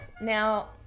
Now